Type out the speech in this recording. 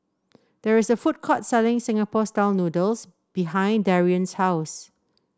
there is a food court selling Singapore style noodles behind Darion's house